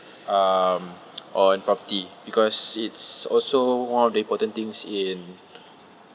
um on property because it's also one of the important things in